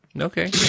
Okay